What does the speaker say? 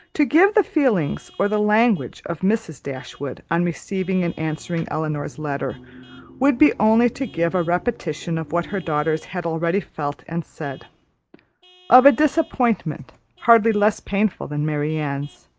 to give the feelings or the language of mrs. dashwood on receiving and answering elinor's letter would be only to give a repetition of what her daughters had already felt and said of a disappointment hardly less painful than marianne's,